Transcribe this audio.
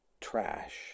trash